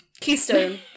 keystone